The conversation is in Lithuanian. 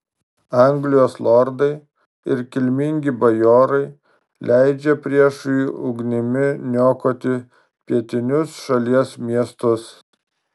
anglijos lordai ir kilmingi bajorai leidžia priešui ugnimi niokoti pietinius šalies miestus